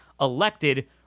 elected